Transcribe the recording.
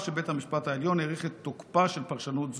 שבה בית המשפט העליון האריך את תוקפה של פרשנות זו,